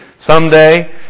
Someday